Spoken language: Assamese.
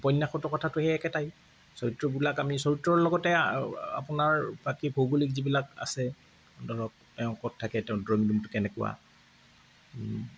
উপন্যাসৰ কথাও সেই একেটাই চৰিত্ৰবিলাক আমি চৰিত্ৰৰ লগতে আপোনাৰ বাকী ভৌগোলিক যিবিলাক আছে ধৰক তেওঁ ক'ত থাকে তেওঁ দৈনন্দিন কেনেকুৱা